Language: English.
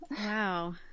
wow